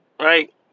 right